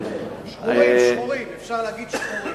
שחורים, שחורים, אפשר להגיד שחורים.